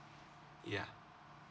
yeah